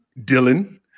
Dylan